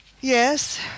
Yes